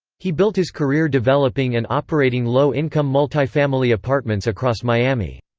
he built his career developing and operating low-income multifamily apartments across miami.